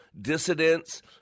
Dissidents